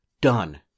done